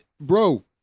Bro